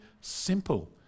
simple